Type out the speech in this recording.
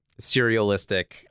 serialistic